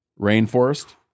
rainforest